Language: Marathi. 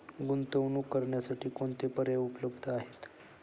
गुंतवणूक करण्यासाठी कोणते पर्याय उपलब्ध आहेत?